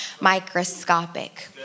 microscopic